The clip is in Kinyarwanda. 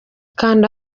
kanda